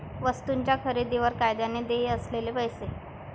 वस्तूंच्या खरेदीवर कायद्याने देय असलेले पैसे